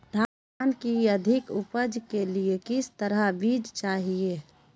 धान की अधिक उपज के लिए किस तरह बीज चाहिए?